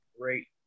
Great